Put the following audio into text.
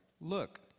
look